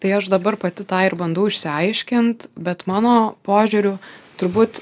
tai aš dabar pati tą ir bandau išsiaiškint bet mano požiūriu turbūt